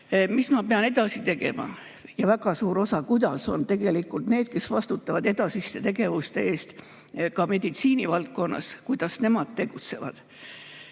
Mis ma pean edasi tegema? Ja väga suur osa: kuidas need, kes vastutavad edasiste tegevuste eest, ka meditsiinivaldkonnas, kuidas nemad tegutsevad?